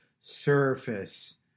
Surface